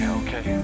okay